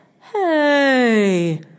Hey